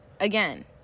again